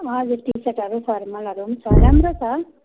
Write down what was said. हजुर टी सर्टहरू फर्मलहरू पनि छ राम्रो छ